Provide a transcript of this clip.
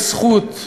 יש זכות,